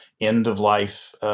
end-of-life